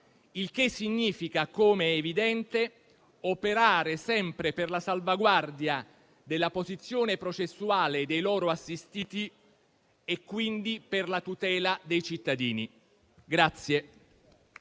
Ciò significa, come è evidente, operare sempre per la salvaguardia della posizione processuale dei loro assistiti e quindi per la tutela dei cittadini.